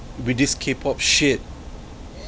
with this K_pop shit